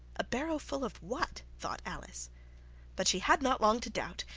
a barrowful of what thought alice but she had not long to doubt,